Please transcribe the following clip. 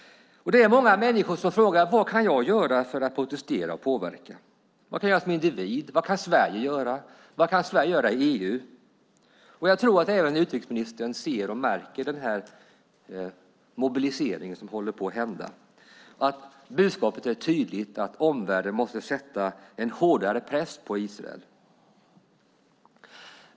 Många människor frågar vad man kan göra för att protestera och påverka. Vad kan jag göra som individ? Vad kan Sverige göra? Vad kan Sverige göra i EU? Jag tror att även utrikesministern märker den här mobiliseringen. Budskapet är tydligt: Omvärlden måste sätta en hårdare press på Israel.